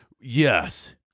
Yes